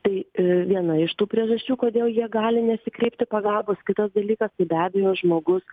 tai viena iš tų priežasčių kodėl jie gali nesikreipti pagalbos kitas dalykas be abejo žmogus